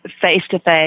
face-to-face